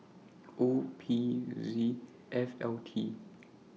O P Z L F T